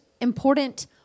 important